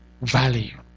Value